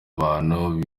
bantu